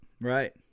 Right